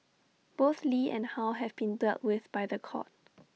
both lee and how have been dealt with by The Court